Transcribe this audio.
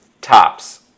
Tops